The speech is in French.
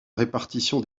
répartition